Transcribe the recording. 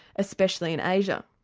especially in asia.